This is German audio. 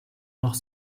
noch